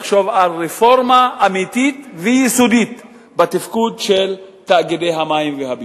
לחשוב על רפורמה אמיתית ויסודית בתפקוד של תאגידי המים והביוב.